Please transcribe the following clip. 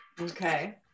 Okay